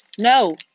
No